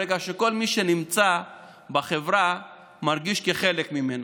ברגע שכל מי שנמצא בחברה מרגיש חלק ממנה.